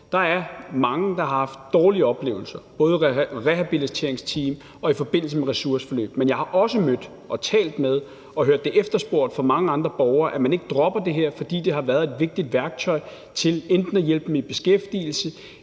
det – mange, der har haft dårlige oplevelser, både med rehabiliteringsteams og i forbindelse med ressourceforløb. Men jeg har også mødt og talt med mange andre borgere og hørt dem efterspørge, at man ikke dropper det her, fordi det har været et vigtigt værktøj til enten at hjælpe dem i beskæftigelse